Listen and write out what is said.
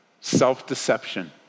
Self-deception